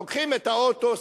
לוקחים את האוטו,